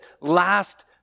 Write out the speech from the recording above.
last